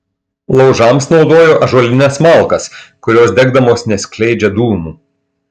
laužams naudojo ąžuolines malkas kurios degdamos neskleidžia dūmų